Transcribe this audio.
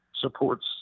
supports